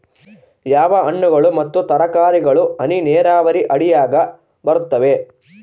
ಯಾವ ಹಣ್ಣುಗಳು ಮತ್ತು ತರಕಾರಿಗಳು ಹನಿ ನೇರಾವರಿ ಅಡಿಯಾಗ ಬರುತ್ತವೆ?